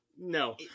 No